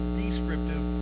descriptive